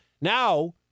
Now